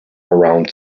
around